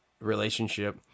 relationship